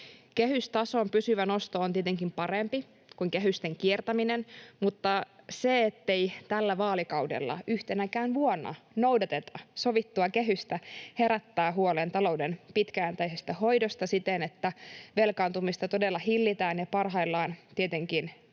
Kehystason pysyvä nosto on tietenkin parempi kuin kehysten kiertäminen, mutta se, ettei tällä vaalikaudella yhtenäkään vuonna noudateta sovittua kehystä, herättää huolen talouden pitkäjänteisestä hoidosta siten, että velkaantumista todella hillitään ja parhaillaan tietenkin